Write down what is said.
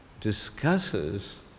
discusses